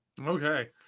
Okay